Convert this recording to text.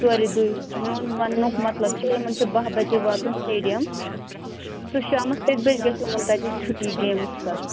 ژورِ دۄہہِ میٛون ونٕنُک مطلب چھُ یِمن چھُ باہ بجے واتُن سِٹیڈیم تہٕ شامس کٔژٕ بجہِ گژھِ یِمن تتہِ چھُٹی گیمٕز پتہٕ